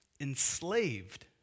enslaved